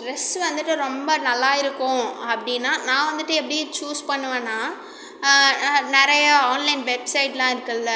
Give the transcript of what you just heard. dress வந்துட்டு ரொம்ப நல்லா இருக்கும் அப்படின்னா நான் வந்துட்டு எப்படி சூஸ் பண்ணுவேன்னா நிறையா ஆன்லைன் வெப்சைட்லாம் இருக்குல்ல